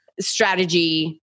strategy